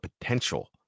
potential